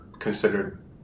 considered